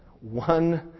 one